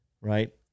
Right